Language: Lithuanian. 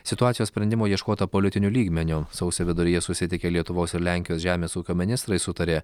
situacijos sprendimo ieškota politiniu lygmeniu sausio viduryje susitikę lietuvos ir lenkijos žemės ūkio ministrai sutarė